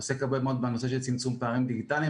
עוסק הרבה מאוד בנושא של פערים דיגיטליים,